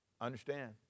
understand